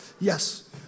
Yes